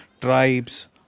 tribes